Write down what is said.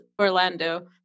Orlando